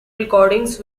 recordings